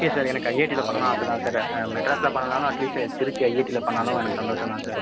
okay sir எனக்கு ஐஐடியில் பண்ணணும் ஆசை தான் சார் அ மெட்ராஸில் பண்ணலாம்னு அட்லீஸ்ட் திருச்சி ஐஐடியில் பண்ணாலும் எனக்கு சந்தோஷம் தான் சார்